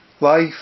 Life